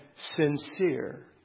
sincere